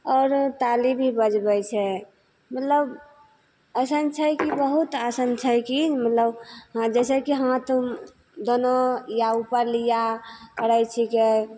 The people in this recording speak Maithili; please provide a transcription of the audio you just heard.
आओर ताली भी बजबै छै मतलब अइसन छै कि बहुत आसन छै कि मतलब हँ जइसे कि हाथ दुनू या उपर लिआ करै छिकै